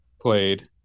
played